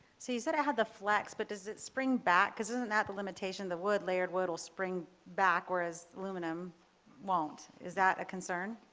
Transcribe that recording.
so you said it had the flux but does it spring back because isn't that the limitation the wood layered wood will spring back whereas aluminum won't? is that a concern?